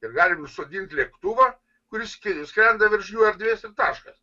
ir galim nusodint lėktuvą kuris skrenda virš jų erdvės ir taškas